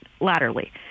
laterally